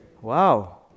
Wow